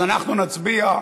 אז אנחנו נצביע,